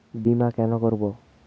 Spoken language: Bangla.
বিমা কেন করব?